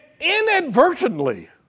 inadvertently